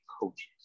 coaches